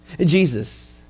Jesus